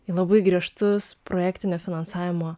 į labai griežtus projektinio finansavimo